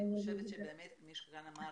כפי שמישהו כאן אמר